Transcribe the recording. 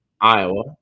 Iowa